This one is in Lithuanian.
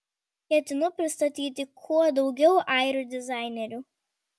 ketinu pristatyti kuo daugiau airių dizainerių